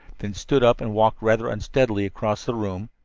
then stood up and walked rather unsteadily across the room,